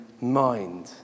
mind